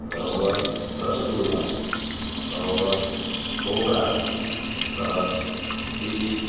બરાબર રસગુલ્લાં બરાબર ઢોકળાં સરસ બીજી